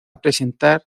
presentar